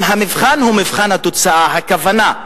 אם המבחן הוא מבחן התוצאה, הכוונה,